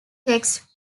texts